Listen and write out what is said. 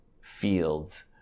fields